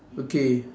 okay